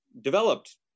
developed